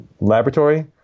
laboratory